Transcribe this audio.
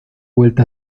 vuelta